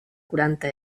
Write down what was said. quaranta